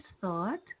thought